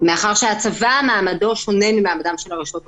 מאחר שמעמדו של הצבא שונה ממעמדן של הרשויות המקומיות.